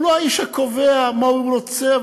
הוא לא האיש הקובע מה הוא רוצה.